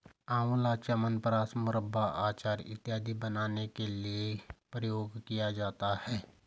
आंवला च्यवनप्राश, मुरब्बा, अचार इत्यादि बनाने के लिए प्रयोग किया जाता है